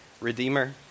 redeemer